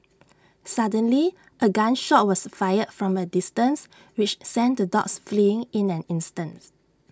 suddenly A gun shot was fired from A distance which sent the dogs fleeing in an instant